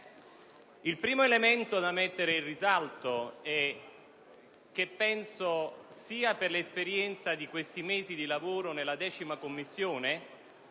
Il primo elemento da mettere in risalto è che, per l'esperienza di questi mesi di lavoro in 10a Commissione,